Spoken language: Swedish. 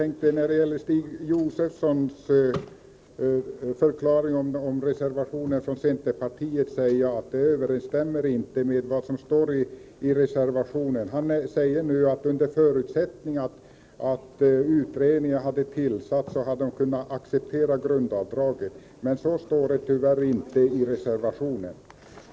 Herr talman! Stig Josefsons förklaring om reservationen från centerpartiet överensstämmer inte med vad som står i reservationen. Han säger nu att under förutsättning att utredningen hade tillsatts hade centern kunnat acceptera grundavdraget, men så står det tyvärr inte i reservationen.